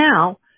now